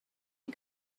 you